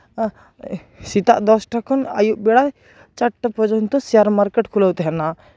ᱥᱮᱛᱟᱜ ᱫᱚᱥᱴᱟ ᱠᱷᱚᱱ ᱟᱭᱩᱵ ᱵᱮᱲᱟ ᱪᱟᱨᱴᱟ ᱯᱚᱨᱡᱚᱱᱛᱚ ᱥᱮᱭᱟᱨ ᱢᱟᱨᱠᱮᱴ ᱠᱷᱩᱞᱟᱹᱣ ᱛᱟᱦᱮᱱᱟ